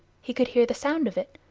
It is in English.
he could hear the sound of it,